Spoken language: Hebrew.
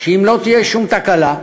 שאם לא תהיה שום תקלה,